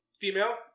female